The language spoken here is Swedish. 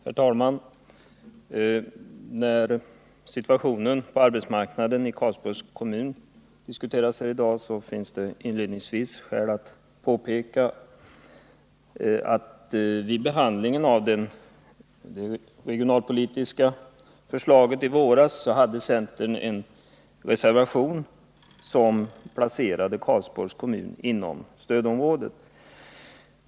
Herr talman! När situationen på arbetsmarknaden i Karlsborg diskuteras här i dag finns det skäl att inledningsvis påpeka att vid behandlingen av det regionalpolitiska förslaget i våras hade centern en reservation som placerade Karlsborgs kommun inom stödområdet.